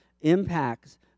impacts